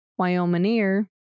Wyominger